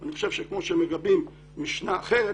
אני חושב שכמו שמגבים משנה אחרת,